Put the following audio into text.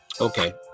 Okay